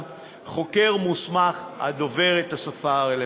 חוקר מוסמך הדובר את השפה הרלוונטית.